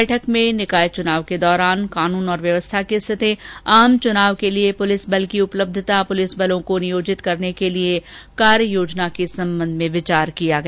बैठक में निकाय चुनाव के दौरान कानून और व्यवस्था की स्थिति आमचुनाव के लिए पुलिस बल की उपलब्धता पुलिस बलों को नियोजित करने के लिए कार्य योजना के संबंध में विचार किया गया